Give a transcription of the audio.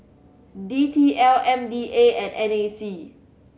D T L M D A and N A C